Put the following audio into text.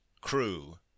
crew